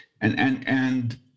and—and—and—